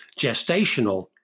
gestational